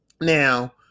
Now